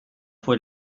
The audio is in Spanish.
fue